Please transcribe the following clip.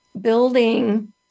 building